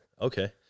Okay